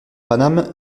paname